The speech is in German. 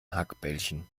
hackbällchen